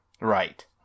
Right